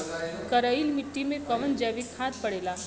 करइल मिट्टी में कवन जैविक खाद पड़ेला?